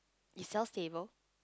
it sells table